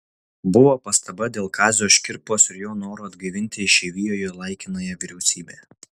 buvo pastaba dėl kazio škirpos ir jo noro atgaivinti išeivijoje laikinąją vyriausybę